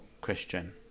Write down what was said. Christian